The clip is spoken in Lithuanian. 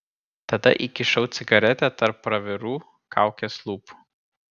tada įkišau cigaretę tarp pravirų kaukės lūpų